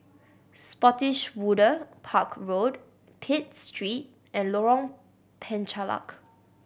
Spottiswoode Park Road Pitt Street and Lorong Penchalak